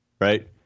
right